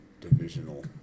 Divisional